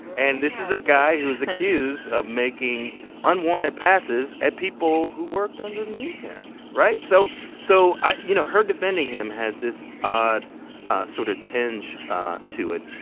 and this is a guy who was accused of making unwanted passes at people who worked underneath him, right? so so you know, her defending him has this odd sort of tinge ah to it.